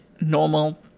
normal